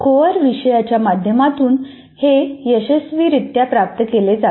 core विषयाच्या माध्यमातून हे यशस्वीरित्या प्राप्त केले जावेत